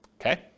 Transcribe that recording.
Okay